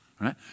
right